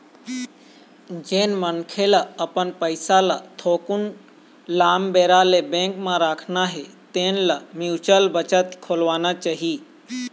जेन मनखे ल अपन पइसा ल थोकिन लाम बेरा ले बेंक म राखना हे तेन ल म्युचुअल बचत खोलवाना चाही